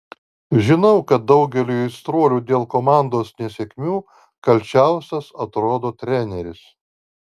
žinau kad daugeliui aistruolių dėl komandos nesėkmių kalčiausias atrodo treneris